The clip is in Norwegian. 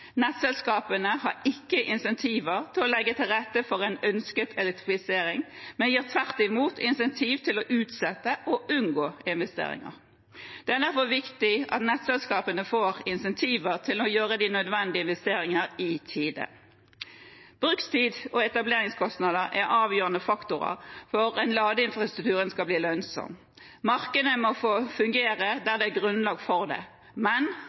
Nettselskapene har ikke insentiver til å legge til rette for en ønsket elektrifisering, men gir tvert imot insentiver til å utsette og unngå investeringer. Det er derfor viktig at nettselskapene får insentiver til å gjøre de nødvendige investeringer i tide. Brukstid og etableringskostnader er avgjørende faktorer for om ladeinfrastruktur skal bli lønnsom. Markedet må få fungere der det er grunnlag for det, men